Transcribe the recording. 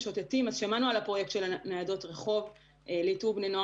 שמענו על הפרויקט של ניידות רחוב לאיתור בני נוער